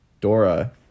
Dora